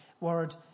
word